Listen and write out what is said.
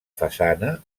façana